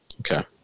Okay